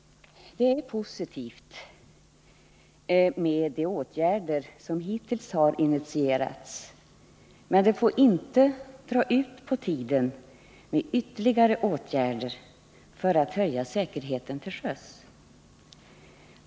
Det är positivt med de åtgärder som hittills har initierats, men man får inte dra ut på tiden när det gäller att vidta ytterligare åtgärder för att höja säkerheten till sjöss.